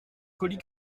colis